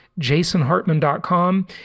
jasonhartman.com